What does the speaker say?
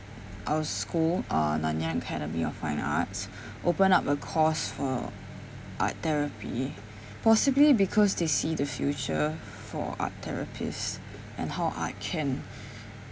our school uh nanyang academy of fine arts opened up a course for art therapy possibly because they see the future for art therapists and how art can